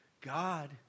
God